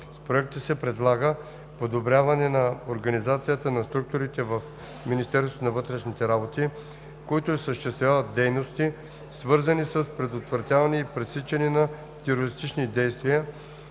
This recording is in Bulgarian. С Проекта се предлага подобряване на организацията на структурите в МВР, които осъществяват дейности, свързани с предотвратяване и пресичане на терористични действия,